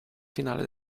finale